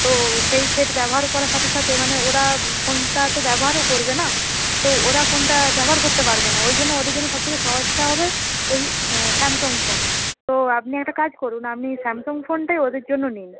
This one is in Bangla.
তো সেই সেট ব্যবহার করার সাথে সাথে মানে ওরা ফোনটা তো ব্যবহারও করবে না তো ওরা ফোনটা ব্যবহার করতে পারবে না ওই জন্য ওদের জন্য সব থেকে সহজটা হবে ওই স্যামসাং ফোন তো আপনি একটা কাজ করুন আপনি স্যামসাং ফোনটাই ওদের জন্য নিন